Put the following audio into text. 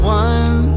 one